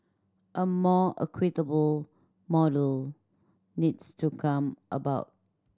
a more equitable model needs to come about